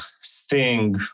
Sting